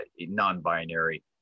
non-binary